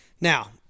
Now